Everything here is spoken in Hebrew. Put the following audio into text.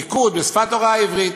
ניקוד ושפת הוראה עברית.